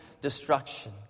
destruction